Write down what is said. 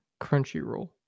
Crunchyroll